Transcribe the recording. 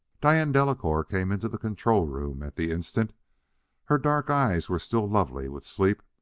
diane delacouer came into the control-room at the instant her dark eyes were still lovely with sleep,